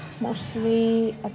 mostly